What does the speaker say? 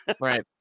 Right